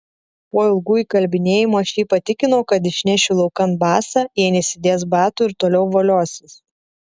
po ilgų įkalbinėjimų aš jį patikinau kad išnešiu laukan basą jei nesidės batų ir toliau voliosis